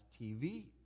TV